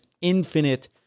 infinite